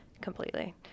completely